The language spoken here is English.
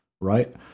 Right